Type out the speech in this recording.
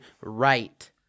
right